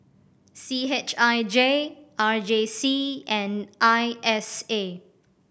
C H I J R J C and I S A